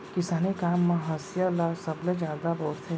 किसानी काम म हँसिया ल सबले जादा बउरथे